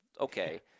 okay